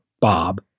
Bob